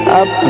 up